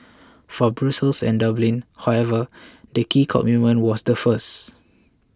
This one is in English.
for Brussels and Dublin however the key commitment was the first